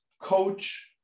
coach